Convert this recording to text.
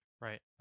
Right